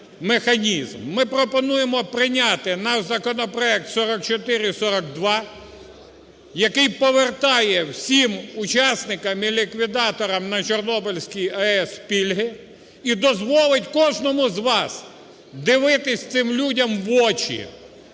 Ми пропонуємо прийняти наш законопроект 4442, який повертає всім учасникам і ліквідаторам на Чорнобильський АЕС пільги і дозволить кожному з вас дивитись цим людям в очі,